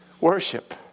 Worship